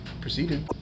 proceeded